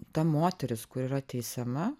ta moteris kuri yra teisiama